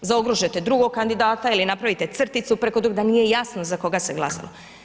Zaokružite drugog kandidata ili napravite crticu preko drugog, da nije jasno za koga se glasalo.